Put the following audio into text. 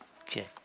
Okay